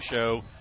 show